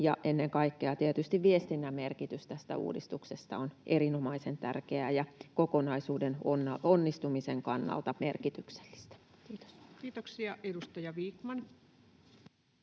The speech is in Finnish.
Ennen kaikkea tietysti viestinnän merkitys tästä uudistuksesta on erinomaisen tärkeää ja kokonaisuuden onnistumisen kannalta merkityksellistä. — Kiitos. [Speech